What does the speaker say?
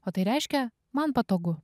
o tai reiškia man patogu